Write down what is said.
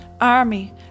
army